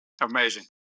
Amazing